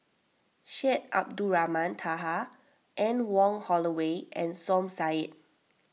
Syed Abdulrahman Taha Anne Wong Holloway and Som Said